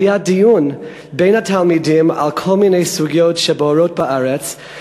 והיה דיון בין התלמידים על כל מיני סוגיות בוערות בארץ.